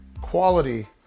quality